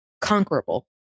conquerable